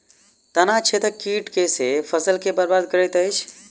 तना छेदक कीट केँ सँ फसल केँ बरबाद करैत अछि?